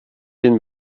den